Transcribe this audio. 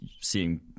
seeing